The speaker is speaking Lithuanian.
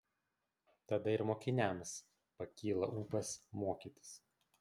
tada ir mokiniams pakyla ūpas mokytis